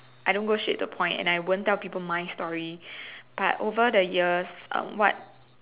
I don't go straight the point and I won't tell people my story but over the years um what